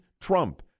Trump